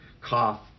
cough